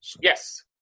Yes